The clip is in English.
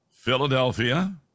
Philadelphia